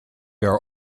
are